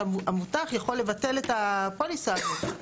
שהמבוטח יכול לבטל את הפוליסה הזאת.